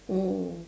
mm